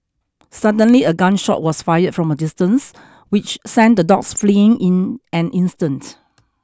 suddenly a gun shot was fired from a distance which sent the dogs fleeing in an instant